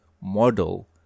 model